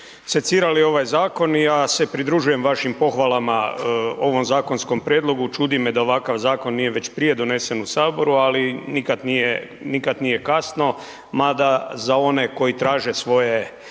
secirali ovaj zakon i ja se pridružujem vašim pohvalama ovom zakonskom prijedlogu, čudi me da ovakav zakon nije već prije donesen u HS, ali nikad nije kasno mada za one koji traže svoje